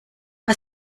war